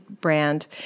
brand